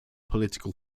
political